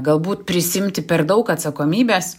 galbūt prisiimti per daug atsakomybės